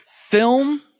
film